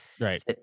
Right